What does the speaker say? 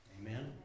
Amen